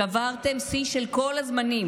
שברתם שיא של כל הזמנים,